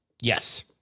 Yes